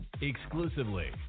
exclusively